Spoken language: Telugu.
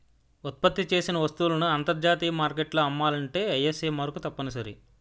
ఉత్పత్తి చేసిన వస్తువులను అంతర్జాతీయ మార్కెట్లో అమ్మాలంటే ఐఎస్ఐ మార్కు తప్పనిసరి